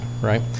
right